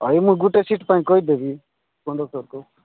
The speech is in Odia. ଆରେ ମୁଁ ଗୋଟେ ସିଟ୍ ପାଇଁ କହିଦେବି କଣ୍ଡକ୍ଟରକୁ